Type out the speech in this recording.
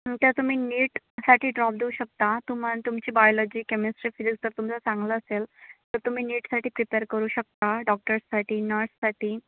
तर तुम्ही नीटसाठी ड्रॉप देऊ शकता तुमा तुमची बायोलॉजी केमिस्ट्री फिजिक्स जर तुमचं चांगलं असेल तर तुम्ही नीटसाठी प्रिपेर करू शकता डॉक्टर्ससाठी नर्ससाठी